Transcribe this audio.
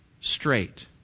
straight